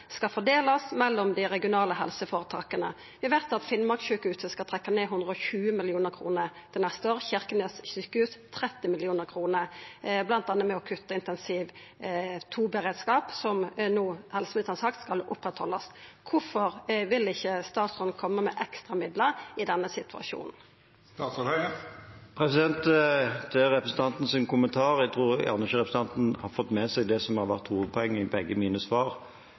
skal fordelast mellom dei regionale helseføretaka. Vi veit at Finnmarksjukehuset skal trekkja ned 120 mill. kr til neste år, Kirkenes sjukehus 30 mill. kr, bl.a. ved å kutta intensiv 2-beredskap, som helseministeren no har sagt skal førast vidare. Kvifor vil ikkje statsråden koma med ekstramidlar i denne situasjonen? Til representantens kommentar: Jeg tror ikke representanten har fått med seg det som har vært hovedpoenget i begge mine svar,